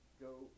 go